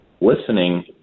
listening